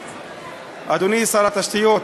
אדוני, שר התשתיות